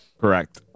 Correct